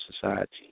society